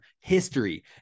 history